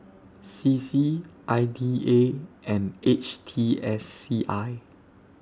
C C I D A and H T S C I